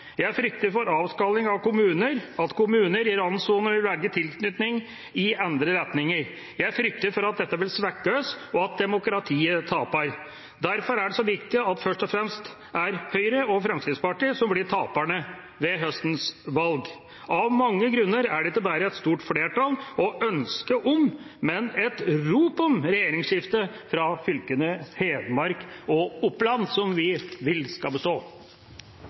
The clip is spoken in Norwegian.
Jeg frykter for avskalling av kommuner – at kommuner i randsoner vil velge tilknytning i andre retninger. Jeg frykter for at dette vil svekke oss, og at demokratiet taper. Derfor er det så viktig at det først og fremst er Høyre og Fremskrittspartiet som blir taperne ved høstens valg. Av mange grunner er det ikke bare et stort flertall for ønsket om, men også et rop om regjeringsskifte fra fylkene Hedmark og Oppland – som vi vil skal bestå.